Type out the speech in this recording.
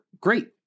Great